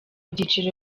byiciro